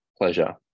pleasure